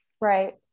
Right